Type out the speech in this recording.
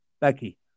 Becky